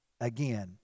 again